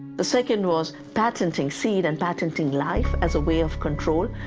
the second was patenting seed and patenting life as a way of control,